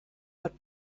what